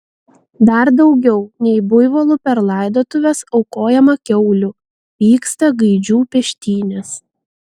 dar daugiau nei buivolų per laidotuves aukojama kiaulių vyksta gaidžių peštynės